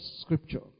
scripture